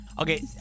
Okay